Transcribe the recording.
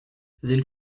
sind